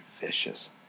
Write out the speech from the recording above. vicious